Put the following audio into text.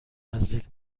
نزدیک